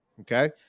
Okay